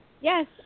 Yes